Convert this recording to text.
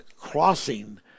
crossing